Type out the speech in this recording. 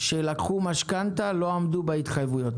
שלקחו משכנתה לא עמדו בהתחייבויות?